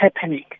happening